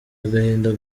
agahinda